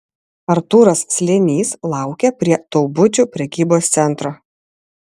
artūras slėnys laukė prie taubučių prekybos centro